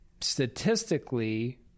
statistically